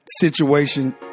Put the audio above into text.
Situation